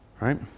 right